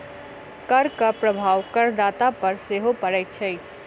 करक प्रभाव करदाता पर सेहो पड़ैत छै